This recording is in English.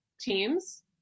teams